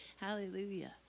Hallelujah